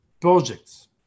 projects